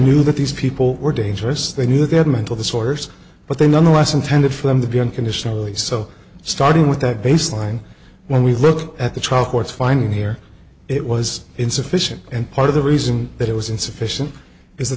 that these people were dangerous they knew they had mental disorders but they nonetheless intended for them to be unconditionally so starting with that baseline when we look at the trial court's finding here it was insufficient and part of the reason that it was insufficient is that